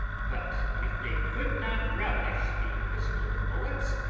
but if they could not relish the pistol-bullets,